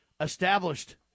established